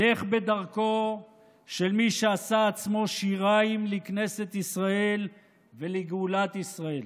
לך בדרכו של מי שעשה עצמו שיריים לכנסת ישראל ולגאולת ישראל.